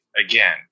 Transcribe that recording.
again